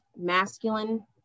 masculine